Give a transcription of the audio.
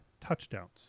touchdowns